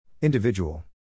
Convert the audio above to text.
Individual